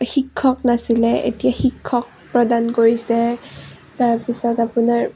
শিক্ষক নাছিলে এতিয়া শিক্ষক প্ৰদান কৰিছে তাৰপিছত আপোনাৰ